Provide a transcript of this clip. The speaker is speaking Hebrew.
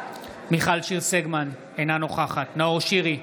מיכל שיר סגמן, אינה נוכחת נאור שירי,